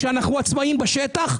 כשאנחנו עצמאים בשטח,